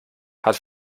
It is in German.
hat